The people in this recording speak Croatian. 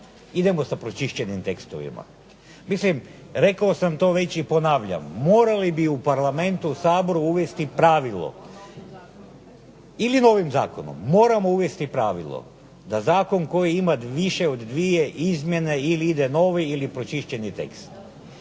idemo sa pročišćenim tekstovima. Mislim rekao sam to već i ponavljam, morali bi u Parlamentu, u Saboru uvesti pravilo ili novim zakonom, moramo uvesti pravilo da zakon koji ima više od dvije izmjene ili ide novi ili pročišćeni tekst.